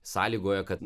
sąlygoja kad